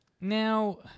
Now